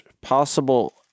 possible